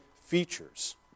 features